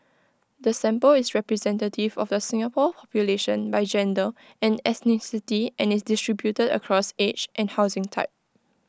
the sample is representative of the Singapore population by gender and ethnicity and is distributed across age and housing type